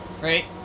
right